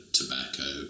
tobacco